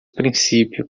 princípio